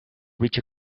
reach